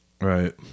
Right